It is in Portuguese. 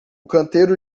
canteiro